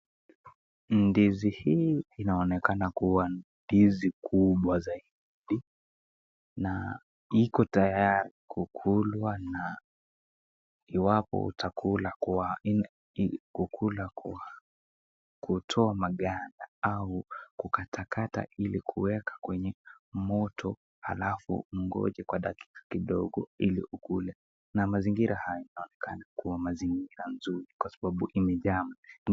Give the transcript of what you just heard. Ndizi hii inaonekana kuwa ndizi kubwa zaidi na iko tayari kukulwa na iwapo utakula kwa kutoa maganda au kukatakata ili kuweka kwenye moto alafu ungoje kwa dakika kidogo ili ukule na mazingira haya inaonekana kuwa mazingira mzuri kwa sababu imejaa miti.